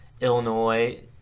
Illinois